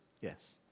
Yes